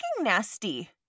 nasty